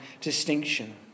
distinction